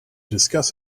discuss